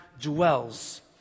dwells